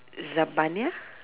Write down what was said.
Zabaniyya